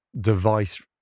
device